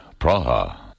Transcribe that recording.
Praha